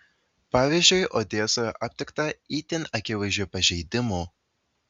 pavyzdžiui odesoje aptikta itin akivaizdžių pažeidimų